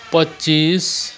पच्चिस